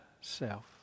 self